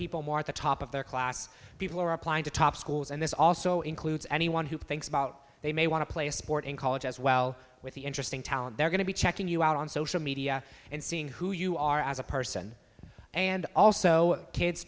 people at the top of their class people are applying to top schools and this also includes anyone who thinks about they may want to play a sport in college as well with the interesting talent they're going to be checking you out on social media and seeing who you are as a person and also kids